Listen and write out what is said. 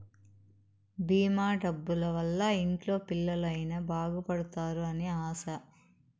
భీమా డబ్బుల వల్ల ఇంట్లో పిల్లలు అయిన బాగుపడుతారు అని ఆశ